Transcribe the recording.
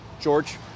George